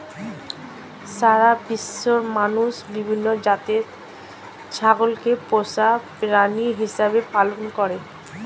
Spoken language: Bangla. সারা বিশ্বের মানুষ বিভিন্ন জাতের ছাগলকে পোষা প্রাণী হিসেবে পালন করে